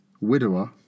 widower